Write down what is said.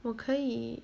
我可以